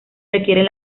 requieren